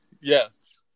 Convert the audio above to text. Yes